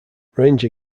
ranger